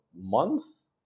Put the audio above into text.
months